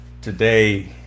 Today